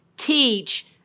teach